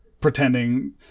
pretending